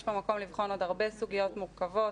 פה מקום לבחון עוד הרבה סוגיות מורכבות,